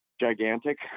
Gigantic